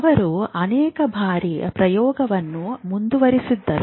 ಅವರು ಅನೇಕ ಬಾರಿ ಪ್ರಯೋಗವನ್ನು ಮುಂದುವರೆಸಿದರು